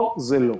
פה זה לא.